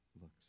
looks